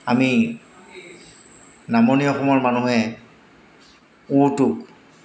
আমি নামনি অসমৰ মানুহে ঔ টোক